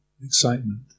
excitement